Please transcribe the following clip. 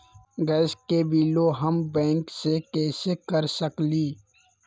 Gas के बिलों हम बैंक से कैसे कर सकली?